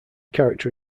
character